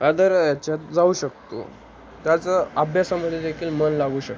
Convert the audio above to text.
other याच्यात जाऊ शकतो त्याचं अभ्यासामध्ये देखील मन लागू शकतं